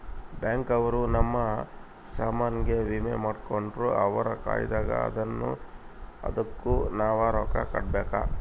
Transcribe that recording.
bank ಅವ್ರ ನಮ್ ಸಾಮನ್ ಗೆ ವಿಮೆ ಮಾಡ್ಕೊಂಡ್ರ ಅವ್ರ ಕಾಯ್ತ್ದಂಗ ಅದುನ್ನ ಅದುಕ್ ನವ ರೊಕ್ಕ ಕಟ್ಬೇಕು